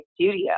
studio